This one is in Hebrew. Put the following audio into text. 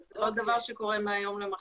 אבל זה לא דבר שקורה מהיום למחר.